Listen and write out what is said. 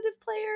player